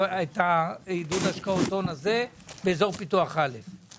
ההטבות בחוק עידוד השקעות הון באזור פיתוח א' לא נפסקות עכשיו.